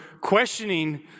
questioning